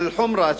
אל-חומרה,